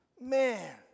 man